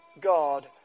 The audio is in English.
God